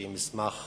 שהיא מסמך